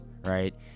right